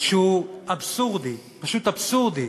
שהוא אבסורדי, פשוט אבסורדי,